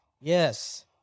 Yes